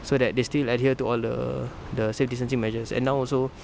so that they still adhere to all the the safe distancing measures and now also